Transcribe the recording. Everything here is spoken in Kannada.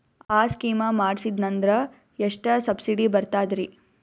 ಆ ಸ್ಕೀಮ ಮಾಡ್ಸೀದ್ನಂದರ ಎಷ್ಟ ಸಬ್ಸಿಡಿ ಬರ್ತಾದ್ರೀ?